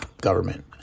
government